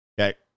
Okay